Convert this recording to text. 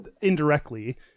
indirectly